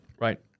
right